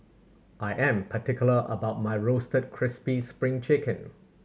I am particular about my Roasted Crispy Spring Chicken